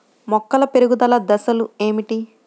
మొక్కల పెరుగుదల దశలు ఏమిటి?